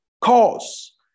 cause